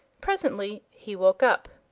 presently he woke up,